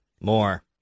More